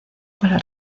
para